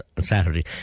Saturday